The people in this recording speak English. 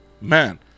man